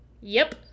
Yep